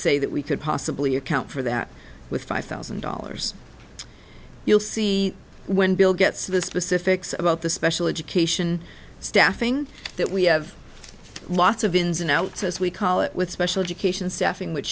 say that we could possibly account for that with five thousand dollars you'll see when bill gets to the specifics about the special education staffing that we have lots of ins and outs as we call it with special education staffing w